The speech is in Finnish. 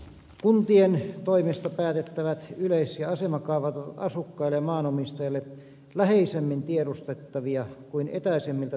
kuntien toimesta päätettävät yleis ja asemakaavat ovat asukkaille ja maanomistajille läheisemmin tiedostettavia kuin etäisemmiltä tuntuvat maakuntakaavat